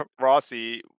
rossi